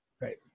Right